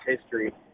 history